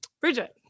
Bridget